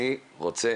אני רוצה